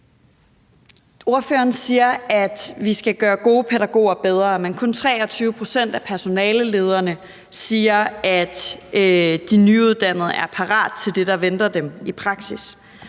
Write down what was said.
Ordføreren siger, at vi skal gøre gode pædagoger bedre, men kun 23 pct. af personalelederne siger, at de nyuddannede er parate til det, der venter dem i praksis.